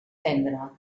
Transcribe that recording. tendre